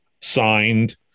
signed